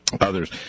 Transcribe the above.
others